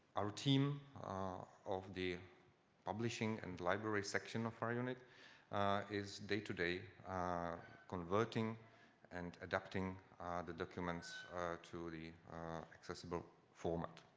our team of the publishing and library section of our unit is day-to-day converting and adapting the documents to the accessible format.